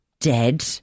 dead